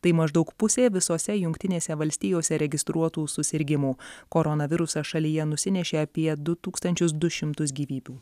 tai maždaug pusė visose jungtinėse valstijose registruotų susirgimų koronavirusas šalyje nusinešė apie du tūkstančius du šimtus gyvybių